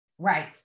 Right